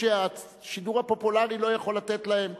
שהשידור הפופולרי לא יכול לתת להם,